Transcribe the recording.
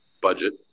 budget